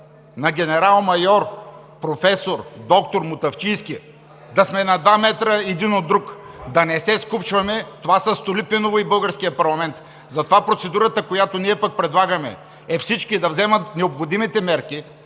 на генерал-майор професор доктор Мутафчийски – да сме на два метра един от друг, да не се скупчваме, това са Столипиново и българският парламент. Затова процедурата, която ние пък предлагаме, е всички да вземат необходимите мерки,